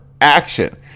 action